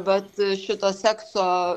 vat šito sekso